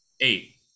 Eight